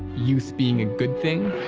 youth being a good thing.